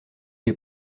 des